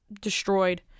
destroyed